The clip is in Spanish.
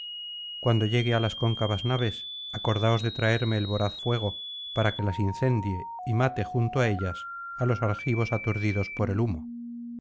cuando llegue á las cóncavas naves acordaos de traerme el voraz fuego para que las incendie y mate junto á ellas á los argivos aturdidos por el humo